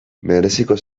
mereziko